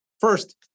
first